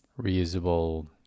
reusable